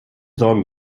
sorgen